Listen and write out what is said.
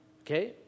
okay